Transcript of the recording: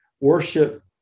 worship